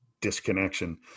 disconnection